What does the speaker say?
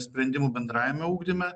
sprendimų bendrajame ugdyme